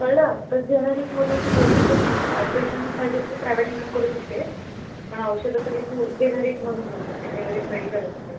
कळलं तर जेनेरिकमधून तू घेशील तर हां ऑपरेशन पाहिजे तर तू प्रायवेटमधून करू शकते पण औषधं सगळी तू जेनेरिकमधून घेऊ शकते जेनेरिक मेडिकल असते